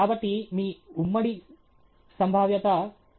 కాబట్టి మీ ఉమ్మడి సంభావ్యత 0